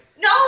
No